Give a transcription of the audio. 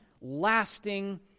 lasting